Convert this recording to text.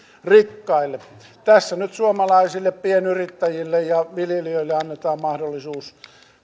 rikkaille tässä nyt suomalaisille pienyrittäjille ja viljelijöille annetaan mahdollisuus